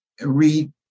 read